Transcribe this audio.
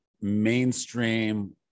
mainstream